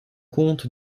compte